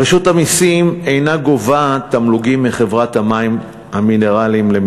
3. רשות המסים אינה גובה תמלוגים מחברות המים למיניהן.